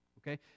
Okay